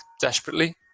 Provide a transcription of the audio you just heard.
desperately